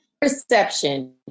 Perception